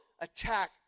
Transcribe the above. attack